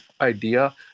idea